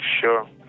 Sure